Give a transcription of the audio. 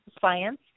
science